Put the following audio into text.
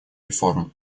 реформ